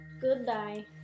Goodbye